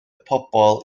pobl